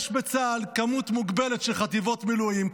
יש בצה"ל מספר מוגבל של חטיבות מילואים,